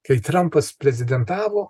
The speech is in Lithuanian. kai trampas prezidentavo